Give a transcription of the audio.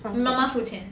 你妈妈付钱